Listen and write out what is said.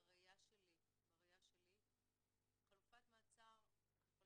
בראייה שלי חלופת מעצר,